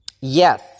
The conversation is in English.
Yes